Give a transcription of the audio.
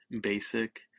basic